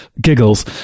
giggles